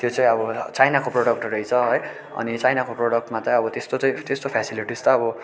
त्यो चाहिँ अब चाइनाको प्रडक्ट रहेछ है अनि चाइनाको प्रडक्टमा चाहिँ अब त्यस्तो चाहिँ त्यस्तो फेसेलिटिस त अब